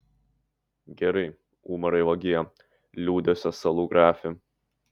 gerai umarai vagie liūdesio salų grafe